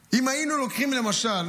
אם היינו לוקחים, למשל,